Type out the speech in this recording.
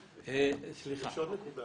יש כאן עוד נקודה